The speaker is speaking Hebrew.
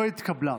לא התקבלה.